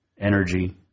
Energy